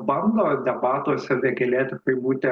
bando debatuose vėgėlė tiktai būti